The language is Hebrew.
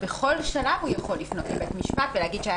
בכל שלב הוא יכול לפנות לבית משפט ולהגיד שהיה